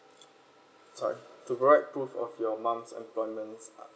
sorry to provide proof of your mum's employments uh